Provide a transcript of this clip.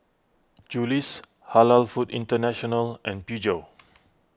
Julie's Halal Foods International and Peugeot